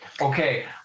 Okay